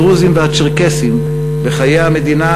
הדרוזים והצ'רקסים בחיי המדינה,